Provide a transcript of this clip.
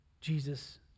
Jesus